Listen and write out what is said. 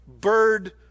bird